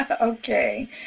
Okay